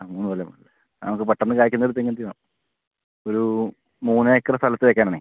ആ മൂന്ന് കൊല്ലം കൊണ്ടല്ലേ നമുക്ക് പെട്ടെന്ന് കായ്ക്കുന്ന ഒരു തെങ്ങ് തൈ വേണം ഒരു മൂന്ന് ഏക്കർ സ്ഥലത്ത് വെക്കാൻ ആണേ